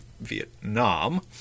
Vietnam